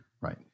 Right